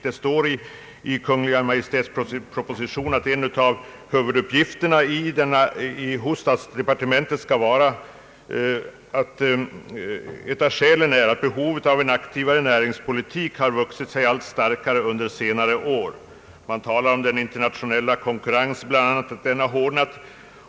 Det anföres i Kungl. Maj:ts proposition, att en av huvuduppgifterna i statsdepartementet skall vara att tillgodose behovet av en aktivare näringspolitik, ett behov som har vuxit sig allt starkare under senare år. Man talar bl.a. om att den internationella konkurrensen har hårdnat.